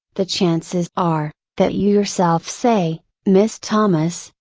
the chances are, that you yourself say, miss thomas,